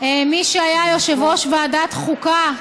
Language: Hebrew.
מי שהיה יושב-ראש ועדת החוקה,